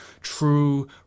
true